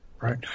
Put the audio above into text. Right